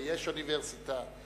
ויש אוניברסיטה.